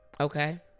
Okay